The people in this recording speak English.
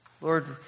Lord